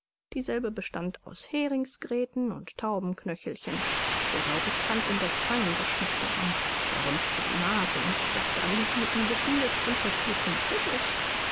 dieselbe bestand aus häringsgräten und taubenknöchelchen rosaurus fand indeß keinen geschmack daran er rümpfte die nase und dachte an die guten bissen des prinzeßlichen tisches